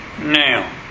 now